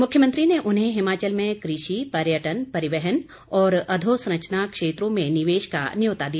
मुख्यमंत्री ने उन्हें हिमाचल में कृषि पर्यटन परिवहन और अधोसंरचना क्षेत्रों में निवेश का न्यौता दिया